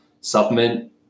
supplement